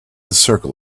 circle